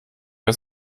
wer